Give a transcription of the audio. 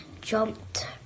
jumped